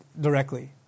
directly